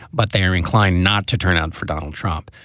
but they are inclined not to turn out for donald trump.